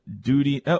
Duty